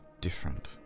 different